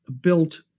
built